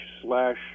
slash